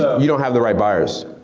you don't have the right buyers.